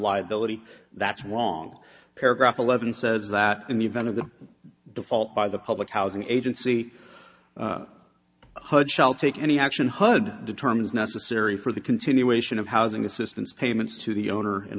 liability that's why aung paragraph eleven says that in the event of the default by the public housing agency hud shall take any action hud determines necessary for the continuation of housing assistance payments to the owner in